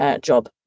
job